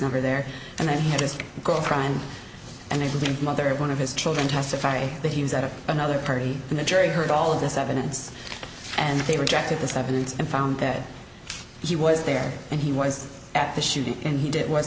never there and then he had his girlfriend and everything mother of one of his children testifying that he was that of another party and the jury heard all of this evidence and they rejected this evidence and found that he was there and he was at the shooting and he did was